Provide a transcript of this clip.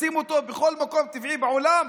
תשים אותו בכל מקום טבעי בעולם,